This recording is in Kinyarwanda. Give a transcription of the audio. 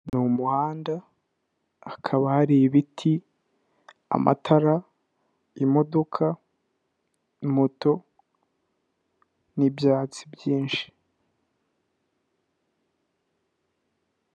Ni umuhanda hakaba hari ibiti, amatara, imodoka, moto n'ibyatsi byinshi.